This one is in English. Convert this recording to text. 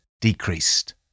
decreased